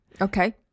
Okay